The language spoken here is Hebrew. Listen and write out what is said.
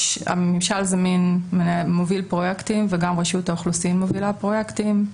ממשל זמין מוביל פרויקטים וגם רשות האוכלוסין מובילה פרויקטים.